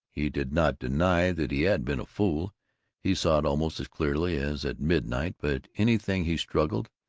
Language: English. he did not deny that he had been a fool he saw it almost as clearly as at midnight but anything, he struggled,